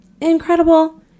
Incredible